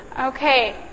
okay